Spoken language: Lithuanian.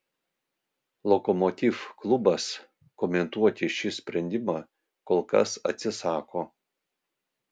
lokomotiv klubas komentuoti šį sprendimą kol kas atsisako